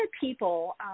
people